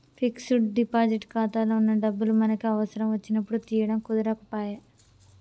fixed deposit ఖాతాలో వున్న డబ్బులు మనకి అవసరం వచ్చినప్పుడు తీయడం కుదరకపాయె